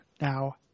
now